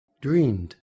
dreamed